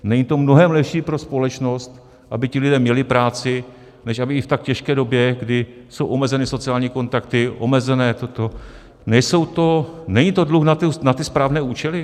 Není to mnohem lepší pro společnost, aby ti lidé měli práci, než aby ji v tak těžké době, kdy jsou omezeny sociální kontakty, omezené toto, nejsou to, není to dluh na ty správné účely?